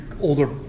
older